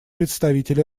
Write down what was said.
представитель